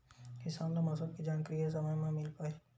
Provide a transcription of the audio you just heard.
किसान ल मौसम के जानकारी ह समय म मिल पाही?